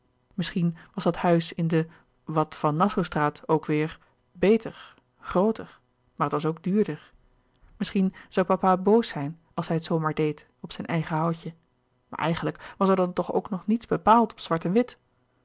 misschien was dat huis in de wat van nassaustraat ook weêr beter grooter maar het was ook duurder misschien zoû papa boos zijn als hij het zoo maar deed op zijn eigen houtje maar eigenlijk was er dan toch ook nog niets bepaald